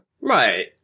Right